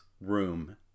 room